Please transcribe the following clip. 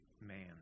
man